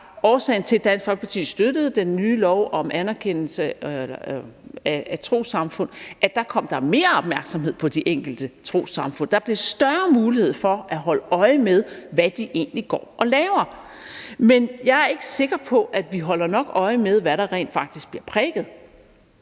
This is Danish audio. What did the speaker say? årsagen til, at Dansk Folkeparti støttede den nye lov om anerkendelse af trossamfund, at der kom mere opmærksomhed på de enkelte trossamfund; der blev større mulighed for at holde øje med, hvad de egentlig går og laver. Men jeg er ikke sikker på, at vi holder nok øje med, hvad der rent faktisk bliver prædiket.